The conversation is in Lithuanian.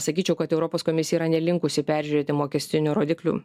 sakyčiau kad europos komisija yra nelinkusi peržiūrėti mokestinių rodiklių